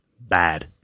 bad